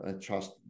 trust